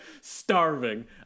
starving